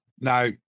Now